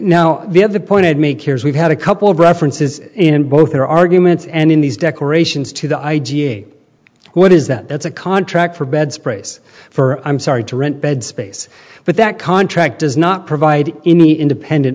now the other point i'd make here is we've had a couple of references in both their arguments and in these declarations to the i g a what is that that's a contract for beds brace for i'm sorry to rent bed space but that contract does not provide any independent